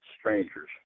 strangers